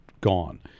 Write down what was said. gone